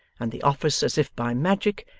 and the office, as if by magic,